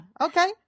Okay